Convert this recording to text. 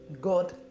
God